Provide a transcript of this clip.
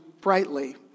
brightly